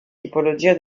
tipologia